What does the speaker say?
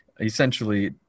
essentially